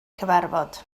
cyfarfod